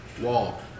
wall